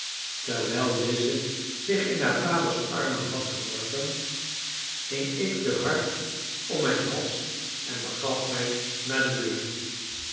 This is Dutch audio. terwijl lize zich in haar vaders armen had geworpen hing ik de harp om mijn hals en begaf mij naar de deur